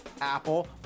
Apple